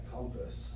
Compass